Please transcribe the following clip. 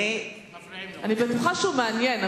אני בטוחה שהוא מעניין,